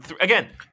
again